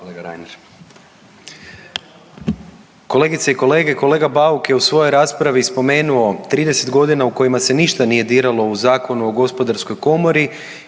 Kolegice i kolege, kolega Bauk je u svojoj raspravi spomenuo 30 godina u kojima se ništa nije diralo u Zakonu o gospodarskoj komori